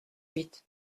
huit